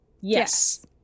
Yes